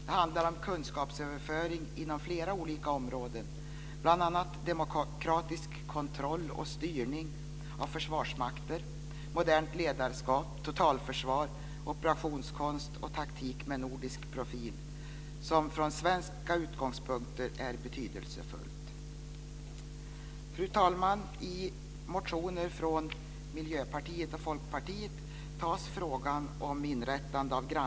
Det handlar om kunskapsöverföring inom flera olika områden, bl.a. demokratisk kontroll och styrning av försvarsmakter, modernt ledarskap, totalförsvar, operationskonst och taktik med nordisk profil, vilket från svenska utgångspunkter är betydelsefullt. Fru talman! I motioner från Miljöpartiet och TV i Norden upp.